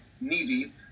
knee-deep